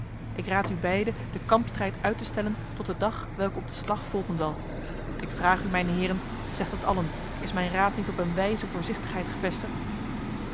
ik raad u beide de kampstrijd uit te stellen tot de dag welke op de slag volgen zal ik vraag u mijne heren zegt het allen is mijn raad niet op een wijze voorzichtigheid gevestigd